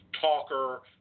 talker